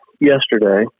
yesterday